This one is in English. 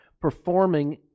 performing